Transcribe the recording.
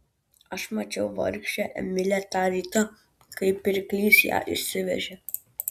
aš mačiau vargšę emilę tą rytą kai pirklys ją išsivežė